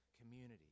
community